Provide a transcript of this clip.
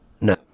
No